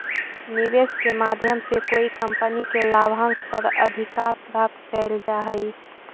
निवेश के माध्यम से कोई कंपनी के लाभांश पर अधिकार प्राप्त कैल जा हई